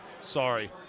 Sorry